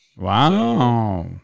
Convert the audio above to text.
Wow